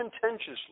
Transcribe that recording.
contentiously